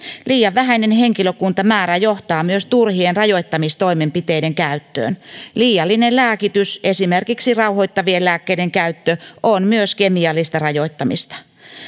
liian vähäinen henkilökuntamäärä johtaa myös turhien rajoittamistoimenpiteiden käyttöön liiallinen lääkitys esimerkiksi rauhoittavien lääkkeiden käyttö on myös kemiallista rajoittamista